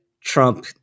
Trump